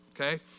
Okay